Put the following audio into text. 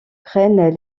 prennent